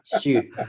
Shoot